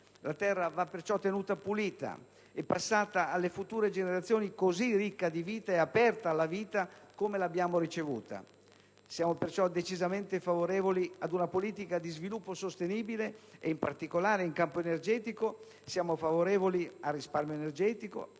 La Terra va perciò tenuta pulita e passata alle future generazioni così ricca di vita e aperta alla vita come l'abbiamo ricevuta. Siamo perciò decisamente favorevoli ad una politica di sviluppo sostenibile e, in particolare in campo energetico, al risparmio energetico